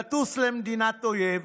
לטוס למדינת אויב.